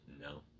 No